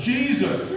Jesus